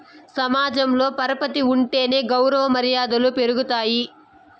సమాజంలో పరపతి ఉంటేనే గౌరవ మర్యాదలు పెరుగుతాయి